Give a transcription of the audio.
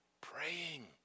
praying